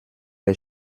les